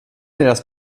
deras